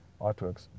artworks